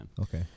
okay